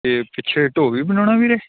ਅਤੇ ਪਿੱਛੇ ਢੋਹ ਵੀ ਬਣਾਉਣਾ ਵੀਰੇ